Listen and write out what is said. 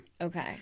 Okay